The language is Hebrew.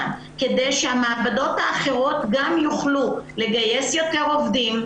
כדי שהמעבדות האחרות גם יוכלו לגייס יותר עובדים,